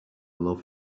love